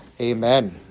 Amen